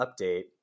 update